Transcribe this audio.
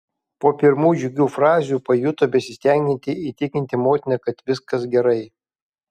po pirmų džiugių frazių pajuto besistengianti įtikinti motiną kad viskas gerai